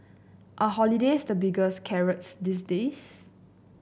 are holidays the biggest carrots these days